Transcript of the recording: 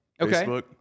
Facebook